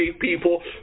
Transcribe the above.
people